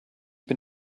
bin